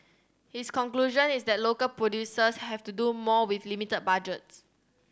his conclusion is that local producers have to do more with limited budgets